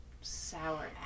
Sour